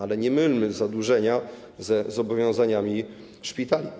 Ale nie mylmy zadłużenia ze zobowiązaniami szpitala.